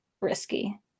risky